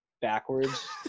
backwards